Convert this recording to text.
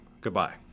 Goodbye